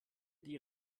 die